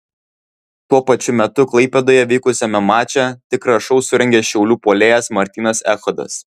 tuo pačiu metu klaipėdoje vykusiame mače tikrą šou surengė šiaulių puolėjas martynas echodas